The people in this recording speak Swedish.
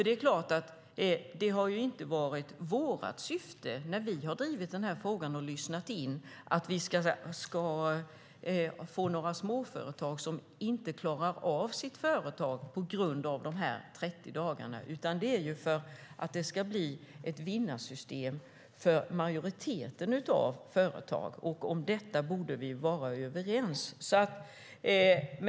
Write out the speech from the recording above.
Det har ju inte varit vårt syfte, när vi har drivit den här frågan och lyssnat in, att vi ska få småföretag som inte klarar av sitt företag på grund av dessa 30 dagar, utan det är för att det ska bli ett vinnarsystem för majoriteten av företag. Om detta borde vi vara överens.